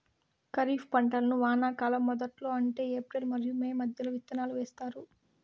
ఖరీఫ్ పంటలను వానాకాలం మొదట్లో అంటే ఏప్రిల్ మరియు మే మధ్యలో విత్తనాలు వేస్తారు